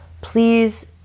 please